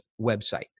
website